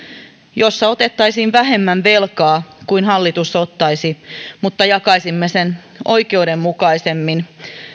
jossa otettaisiin vähemmän velkaa kuin hallitus ottaisi mutta jakaisimme sen oikeudenmukaisemmin